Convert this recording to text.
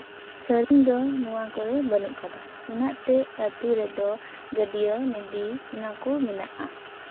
ᱫᱚ ᱱᱚᱣᱟ ᱠᱚᱨᱮᱜ ᱵᱟᱹᱱᱩᱜ ᱵᱟᱹᱱᱩᱜ ᱠᱟᱫᱟ ᱚᱱᱟᱛᱮ ᱚᱱᱟᱛᱮ ᱟᱛᱳ ᱨᱮᱫᱚ ᱜᱟᱹᱰᱭᱟ ᱱᱚᱫᱤ ᱚᱱᱟ ᱠᱚ ᱢᱮᱱᱟᱜᱼᱟ